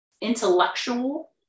intellectual